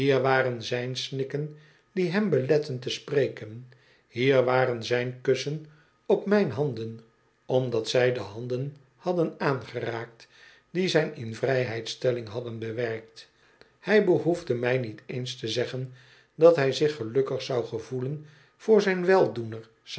waren zijn snikken die hem beletten te spreken hier waren zijn kussen op mijn handen omdat zij de handen hadden aangeraakt die zijn invrijheidstelling hadden bewerkt hij behoefde mij niet eens te zeggen dat hij zich gelukkig zou gevoelen voor zijn weldoener